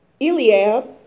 Eliab